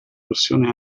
versione